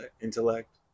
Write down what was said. intellect